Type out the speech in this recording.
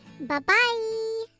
Bye-bye